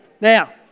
Now